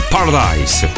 Paradise